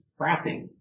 frapping